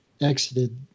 exited